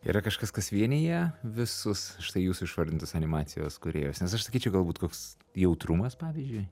yra kažkas kas vienija visus štai jūsų išvardintus animacijos kūrėjus nes aš sakyčiau galbūt koks jautrumas pavyzdžiui